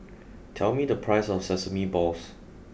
tell me the price of Sesame Balls